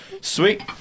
sweet